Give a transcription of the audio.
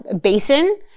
basin